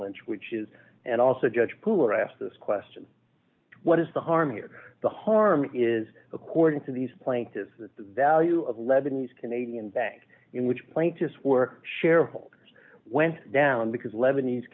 lynch which is and also judge pooler asked this question what is the harm here the harm is according to these plaintiffs that the value of lebanese canadian bank which plaintiffs were shareholders went down because lebanese